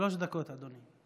שלוש דקות, אדוני.